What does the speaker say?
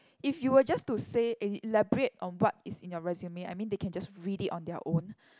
if you were just to say elaborate on what is in your resume I mean they can just read it on their own